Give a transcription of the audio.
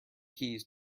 keys